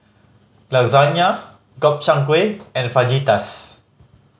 Lasagne Gobchang Gui and Fajitas